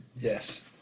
Yes